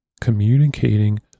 communicating